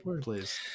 Please